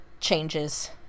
changes